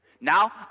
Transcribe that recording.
Now